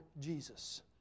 Jesus